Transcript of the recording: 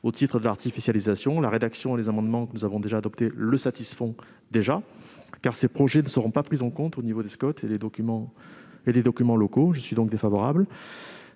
au titre de l'artificialisation. La rédaction que nous avons retenue et les amendements que nous avons adoptés le satisfont déjà, car ces projets ne seront pas pris en compte au niveau des SCoT et des documents locaux. Je suis donc défavorable